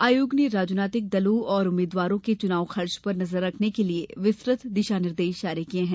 आयोग ने राजनीतिक दलों और उम्मीद्वारों के चुनाव खर्च पर नजर रखने के लिए विस्तृत दिशा निर्देश जारी किये हैं